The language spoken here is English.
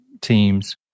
teams